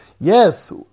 Yes